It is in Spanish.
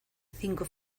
cinco